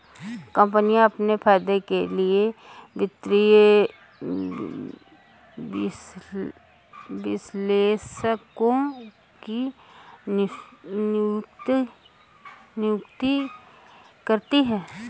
कम्पनियाँ अपने फायदे के लिए वित्तीय विश्लेषकों की नियुक्ति करती हैं